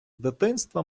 дитинства